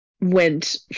went